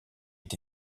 est